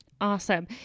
Awesome